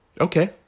Okay